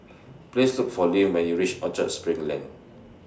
Please Look For Lyn when YOU REACH Orchard SPRING Lane